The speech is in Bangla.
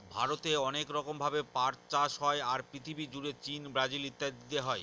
ভারতে অনেক রকম ভাবে পাট চাষ হয়, আর পৃথিবী জুড়ে চীন, ব্রাজিল ইত্যাদিতে হয়